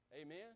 Amen